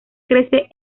crece